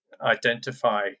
identify